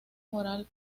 moral